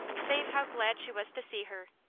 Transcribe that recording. save how glad she was to see her,